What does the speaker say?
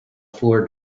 floor